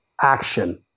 action